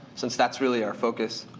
since that's really our focus.